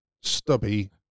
stubby